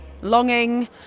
longing